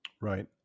Right